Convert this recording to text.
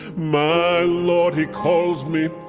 my lord he calls me,